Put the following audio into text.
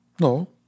No